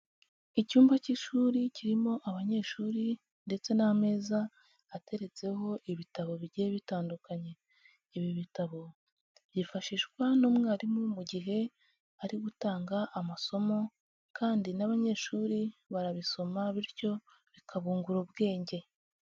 Icyumba cy'ishuri kirimo abanyeshuri ndetse n'ameza ateretseho ibitabo bigiye bitandukanye. Ibi bitabo byifashishwa n'umwarimu mu gihe ari gutanga amasomo, kandi n'abanyeshuri barabisoma bityo bikabungura ubwenge.